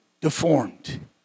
deformed